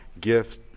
gift